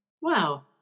Wow